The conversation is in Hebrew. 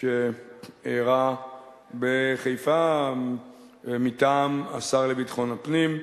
שאירע בחיפה מטעם השר לביטחון פנים.